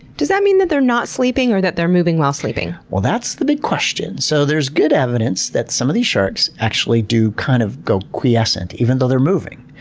does that mean that they're not sleeping or that they're moving while sleeping? that's the big question! so there's good evidence that some of these sharks actually do kind of go quiescent even though they're moving.